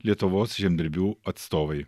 lietuvos žemdirbių atstovai